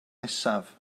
nesaf